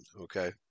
okay